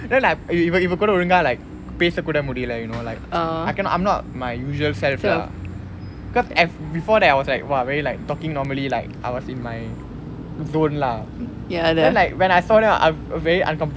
then like இவ இவகூட ஒழுங்கா:iva iva kuda olungaa like பேசகூட முடியல:pesa kuda mudiyala you know like I cannot I'm not my usual self lah cus f~ before that I was like !wah! very like talking normally like I was in my zone lah then like when I saw them I ve~ very uncomfortable